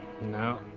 No